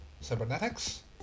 cybernetics